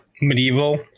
medieval